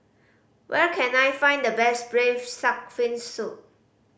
where can I find the best Braised Shark Fin Soup